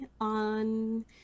on